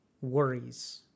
worries